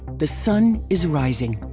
the sun is rising.